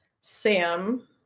Sam